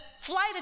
flight